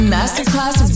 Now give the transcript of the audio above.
Masterclass